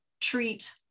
treat